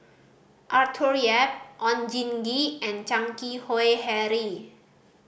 Arthur Yap Oon Jin Gee and Chan Keng Howe Harry